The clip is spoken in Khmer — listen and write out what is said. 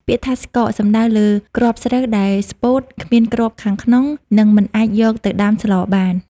ពាក្យថា «ស្កក» សំដៅលើគ្រាប់ស្រូវដែលស្ពោត គ្មានគ្រាប់ខាងក្នុង និងមិនអាចយកទៅដាំស្លបាន។